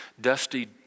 dusty